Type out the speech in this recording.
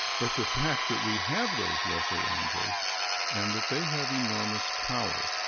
but the fact that we have those lesser angels and that they have enormous power.